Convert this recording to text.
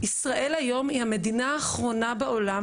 ישראל היום היא המדינה האחרונה בעולם